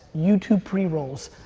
youtube pre-rolls,